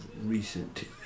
recent